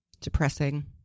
depressing